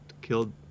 killed